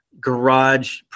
garage